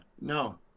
no